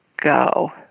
go